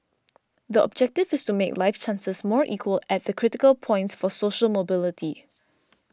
the objective is to make life chances more equal at the critical points for social mobility